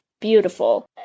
beautiful